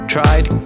Tried